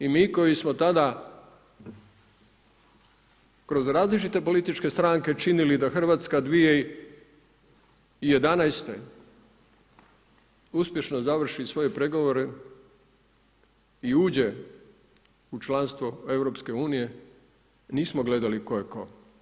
I mi koji smo tada kroz različite političke stranke činili da Hrvatska 2011. uspješno završi svoje pregovore i uđe u članstvo EU, nismo gledali tko je tko.